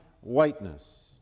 whiteness